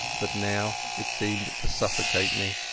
but now it seemed to suffocate me.